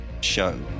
show